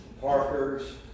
Parkers